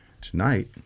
Tonight